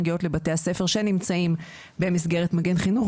מגיעות לבתי הספר שנמצאים במסגרת מגן חינוך